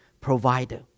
provider